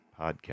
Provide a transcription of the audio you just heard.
podcast